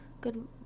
Good-